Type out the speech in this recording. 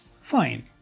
fine